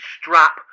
strap